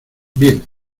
bien